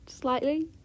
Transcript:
Slightly